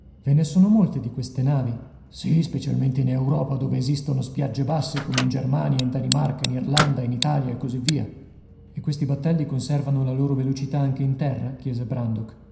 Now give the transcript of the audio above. ve ne sono molte di queste navi sì specialmente in europa dove esistono spiagge basse come in germania in danimarca in irlanda in italia e così via e questi battelli conservano la loro velocità anche in terra chiese brandok